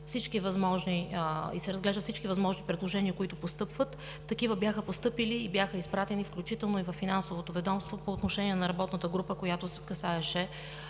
всички възможни предложения, които постъпват. Такива бяха постъпили и бяха изпратени, включително и във Финансовото ведомство, по отношение на работната група, която касаеше